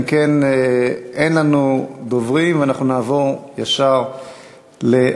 אם כן, אין לנו דוברים, ואנחנו נעבור ישר להצבעה.